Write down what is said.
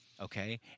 okay